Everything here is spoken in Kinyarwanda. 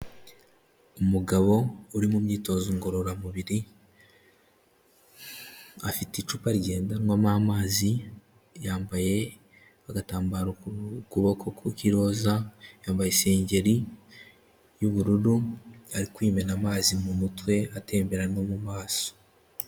Umugabo uri mu myitozo ngororamubiri, afite icupa rigendanwa mo amazi, yambaye agatambaro k'ukuboko k'iroza, yambaye isengeri y'ubururu, ari kwimena amazi mu mutwe atembera no mu maso.